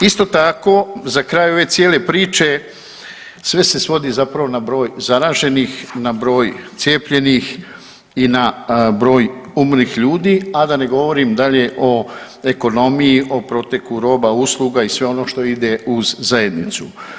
Isto tako, za kraj ove cijele priče, sve se svodi zapravo na broj zaraženih, na broj cijepljenih i na broj umrlih ljudi, a da ne govorim dalje o ekonomiji, o proteku roba, usluga i sve ono što ide uz zajednicu.